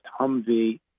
Humvee